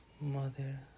Mother